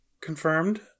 confirmed